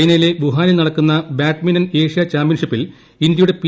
ചൈനയിലെ വൂഹാനിൽ നടക്കുന്ന ബാഡ്മിന്റൺ ഏഷ്യ ചാമ്പ്യൻഷിപ്പിൽ ഇന്ത്യയുടെ പി